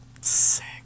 sick